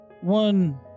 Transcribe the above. one